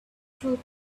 through